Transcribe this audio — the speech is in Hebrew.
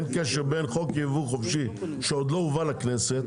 אין קשר בין חוק ייבוא חופשי שעוד לא הובא לכנסת,